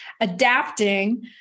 adapting